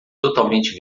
totalmente